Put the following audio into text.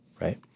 right